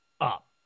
up